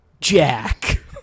Jack